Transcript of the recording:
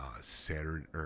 Saturday